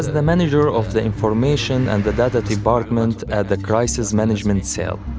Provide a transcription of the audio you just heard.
the manager of the information and the data department at the crisis management cell.